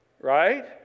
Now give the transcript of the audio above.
Right